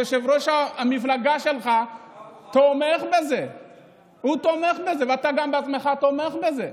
יושב-ראש המפלגה שלך תומך בזה וגם אתה בעצמך תומך בזה.